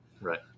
right